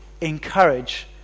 encourage